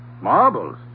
Marbles